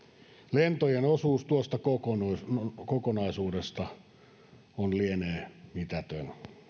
lentojen osuus tuosta kokonaisuudesta lienee mitätön